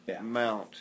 mount